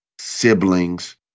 siblings